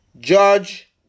judge